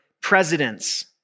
presidents